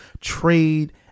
trade